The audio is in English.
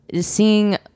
Seeing